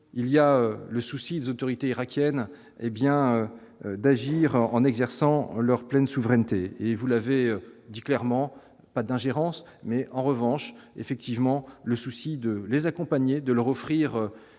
il y a le souci des autorités irakiennes hé bien d'agir en exerçant leur pleine souveraineté et vous l'avez dit clairement : pas d'ingérence mais en revanche effectivement le souci de les accompagner, de leur offrir